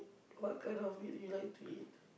what kind of meat you like to eat